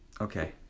Okay